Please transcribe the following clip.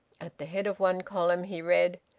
at the head of one column he read,